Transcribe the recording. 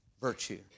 virtue